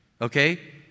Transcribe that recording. Okay